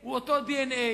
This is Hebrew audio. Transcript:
הוא אותו DNA,